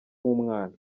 umwana